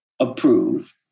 approved